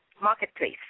marketplace